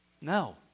No